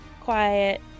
Quiet